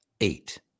Eight